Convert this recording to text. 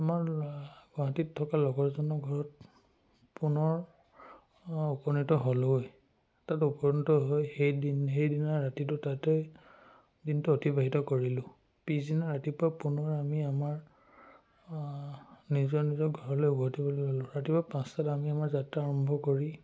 আমাৰ গুৱাহাটীত থকা লগৰজনৰ ঘৰত পুনৰ উপনীত হ'লোঁগৈ তাত উপনীত হৈ সেই দিন সেইদিনা ৰাতিটো তাতে দিনটো অতিবাহিত কৰিলোঁ পিছদিনা ৰাতিপুৱা পুনৰ আমি আমাৰ নিজৰ নিজৰ ঘৰলে উভটিবলৈ ল'লোঁ ৰাতিপুৱা পাঁচটাত আমি আমাৰ যাত্ৰা আৰম্ভ কৰি